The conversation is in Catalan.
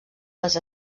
les